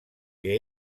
que